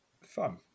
Fun